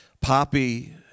Poppy